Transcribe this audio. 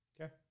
Okay